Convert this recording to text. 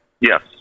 Yes